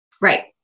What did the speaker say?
Right